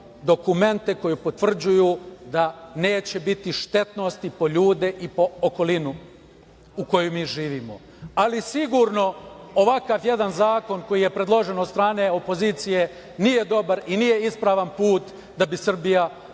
dokumente koji potvrđuju da neće biti štetnosti po ljude i po okolinu u kojoj mi živimo. Ali sigurno ovakav jedan zakon koji je predložen od strane opozicije, nije dobar i nije ispravan put da bi Srbija stigla